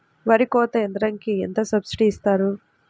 వరి కోత యంత్రంకి ఎంత సబ్సిడీ ఇస్తారు?